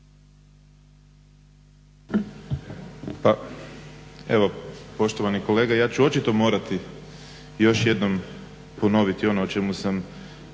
Pa evo poštovani kolega ja ću očito morati još jednom ponoviti ono o čemu sam